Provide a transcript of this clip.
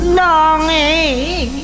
longing